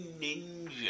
Ninja